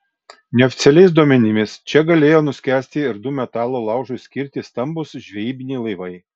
neoficialiais duomenimis čia galėjo nuskęsti ir du metalo laužui skirti stambūs žvejybiniai laivai